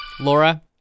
Laura